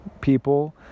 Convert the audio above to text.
people